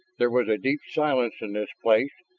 there was a deep silence in this place,